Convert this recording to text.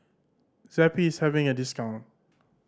Zappy is having a discount